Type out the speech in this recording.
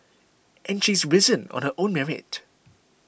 and she's risen on her own merit